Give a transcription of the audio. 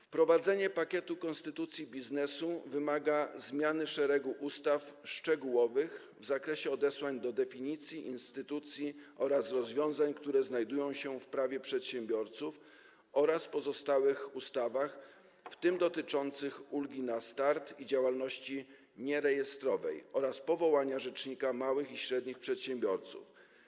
Wprowadzenie pakietu „Konstytucja biznesu” wymaga zmiany szeregu ustaw szczegółowych w zakresie odesłań do definicji, instytucji oraz rozwiązań, które znajdują się w Prawie przedsiębiorców oraz pozostałych ustawach, w tym dotyczących ulgi na start i działalności nierejestrowej oraz powołania rzecznika małych i średnich przedsiębiorców.